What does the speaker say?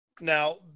Now